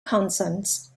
consents